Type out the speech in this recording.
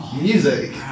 music